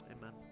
Amen